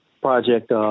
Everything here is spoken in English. Project